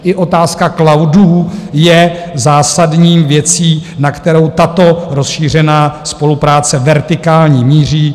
I otázka cloudů je zásadní věcí, na kterou tato rozšířená spolupráce vertikální míří.